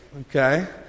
okay